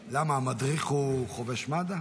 --- למה, המדריך הוא חובש מד"א?